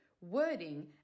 wording